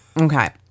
Okay